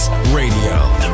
Radio